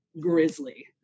grizzly